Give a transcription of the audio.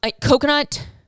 coconut